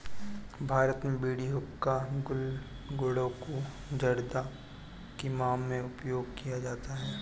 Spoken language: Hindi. भारत में बीड़ी हुक्का गुल गुड़ाकु जर्दा किमाम में उपयोग में किया जाता है